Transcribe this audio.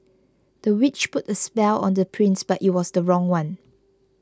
the witch put a spell on the prince but it was the wrong one